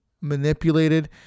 manipulated